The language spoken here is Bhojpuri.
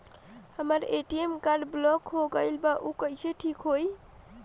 हमर ए.टी.एम कार्ड ब्लॉक हो गईल बा ऊ कईसे ठिक होई?